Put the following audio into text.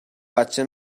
بچه